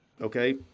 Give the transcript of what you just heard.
okay